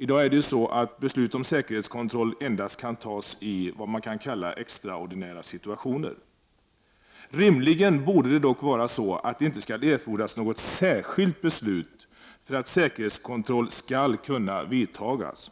I dag kan beslut om säkerhetskontroll fattas endast i extraordinära situationer. Rimligen borde det dock inte erfordras något särskilt beslut för att säkerhetskontroll skall kunna göras,